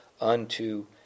unto